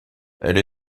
elle